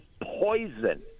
poison